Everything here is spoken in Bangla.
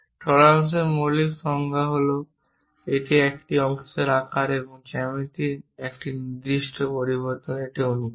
টলারেন্স এর মৌলিক সংজ্ঞা হল একটি অংশের আকার এবং জ্যামিতির একটি নির্দিষ্ট পরিবর্তনের জন্য একটি অনুমতি